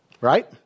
Right